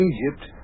Egypt